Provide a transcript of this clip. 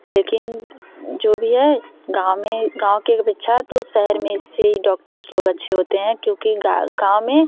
लेकिन जो भी है गाँव में गाँव के अपेक्षा तो शहर में से ही डॉक्टर्स लोग अच्छे होते हैं क्योंकि गाँव में